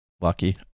lucky